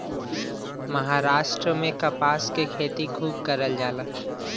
महाराष्ट्र में कपास के खेती खूब करल जाला